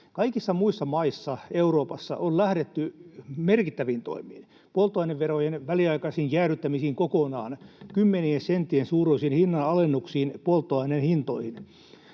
Kaikissa muissa maissa Euroopassa on lähdetty merkittäviin toimiin: polttoaineverojen väliaikaisiin jäädyttämisiin kokonaan, kymmenien senttien suuruisiin hinnanalennuksiin polttoaineen hintoihin.